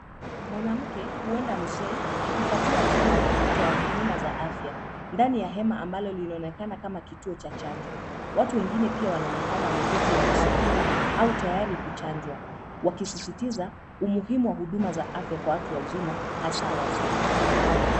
Mwanamke huenda mzee akipatiwa chanjo na mtu wa huduma za afya. Ndani ya hema ambalo linaonekana kama kituo cha chanjo. Watu wengine pia wanaonekana wameketi wakisuburi au tayari kuchanjwa, wakisisitiza umuhimu wa huduma za afya kwa watu wazima hasa wazee.